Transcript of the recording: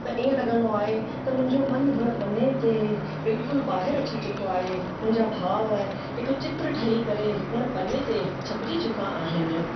त ईअं लॻंदो आहे त मुंहिंजो मनु हुन पने ते बिल्कुलु बाहिरि अची चुको आहे मुंहिंजा भाव हिकु चित्र ठही करे हुन पने ते छपिजी चुका आहिनि